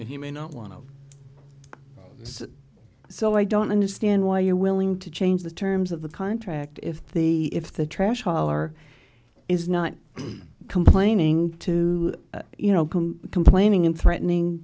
say he may not want to say so i don't understand why you're willing to change the terms of the contract if the if the trash hauler is not complaining to you no complaining and threatening